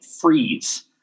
freeze